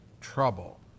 trouble